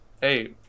Hey